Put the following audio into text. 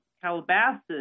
Calabasas